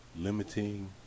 limiting